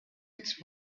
its